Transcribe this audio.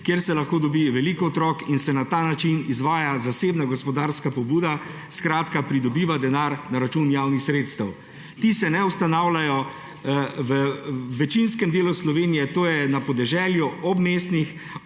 kjer se lahko dobi veliko otrok in se na ta način izvaja zasebna gospodarska pobuda; skratka, pridobiva denar na račun javnih sredstev. Ti se ne ustanavljajo v večinskem delu Slovenije, to je na podeželju, obmestnih